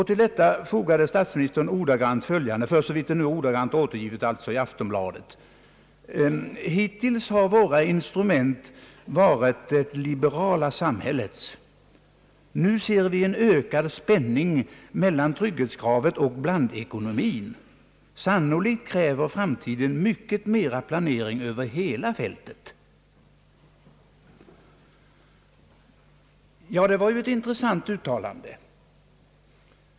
Till detta fogade statsministern ordagrant följande — försåvitt det nu är ordagrant återgivet i Aftonbladet: »Hittills har våra instrument varit det liberala samhällets. Nu ser vi en ökad spänning mellan trygghetskra vet och blandekonomien. Sannolikt kräver framtiden mycket mera planering över hela fältet.» Det var ju ett intressant uttalande.